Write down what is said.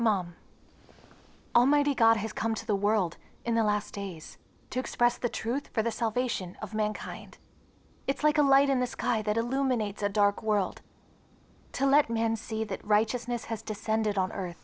mom almighty god has come to the world in the last days to express the truth for the salvation of mankind it's like a light in the sky that illuminates a dark world to let men see that righteousness has descended on earth